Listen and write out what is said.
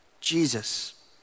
Jesus